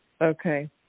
Okay